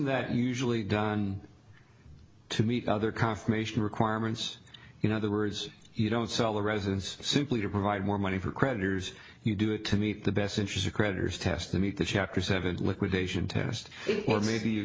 that usually done to meet other conformation requirements you know the words you don't sell the residence simply to provide more money for creditors you do it to meet the best interest of creditors test me to chapter seven liquidation test or maybe you